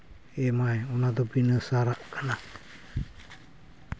ᱮᱢᱟᱭ ᱚᱱᱟᱫᱚ ᱵᱤᱱᱟᱹ ᱥᱟᱨᱟᱜ ᱠᱟᱱᱟ